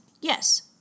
Yes